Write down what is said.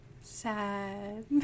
Sad